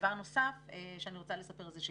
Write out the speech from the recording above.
דבר נוסף שאני רוצה לספר עליו הוא שכן,